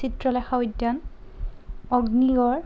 চিত্ৰলেখা উদ্যান অগ্নিগড়